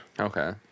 Okay